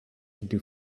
into